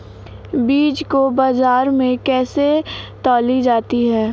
बीज को बाजार में कैसे तौली जाती है?